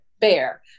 bear